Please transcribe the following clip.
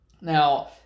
Now